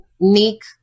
unique